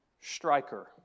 striker